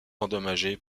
endommagées